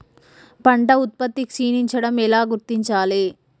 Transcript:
పంట ఉత్పత్తి క్షీణించడం ఎలా గుర్తించాలి?